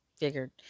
figured